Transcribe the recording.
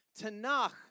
Tanakh